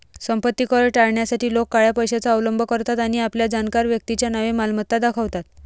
संपत्ती कर टाळण्यासाठी लोक काळ्या पैशाचा अवलंब करतात आणि आपल्या जाणकार व्यक्तीच्या नावे मालमत्ता दाखवतात